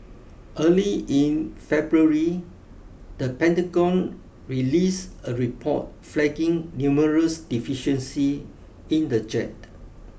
early in February the Pentagon released a report flagging numerous deficiencies in the jet